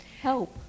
Help